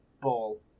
ball